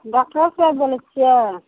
doctor सहैब बोलै छिए